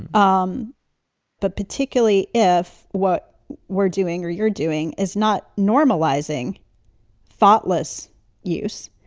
um but particularly if what we're doing or you're doing is not normalizing thoughtless use,